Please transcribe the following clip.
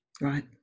right